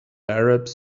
arabs